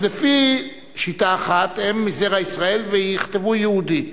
אז לפי שיטה אחת הם מזרע ישראל ויכתבו "יהודי".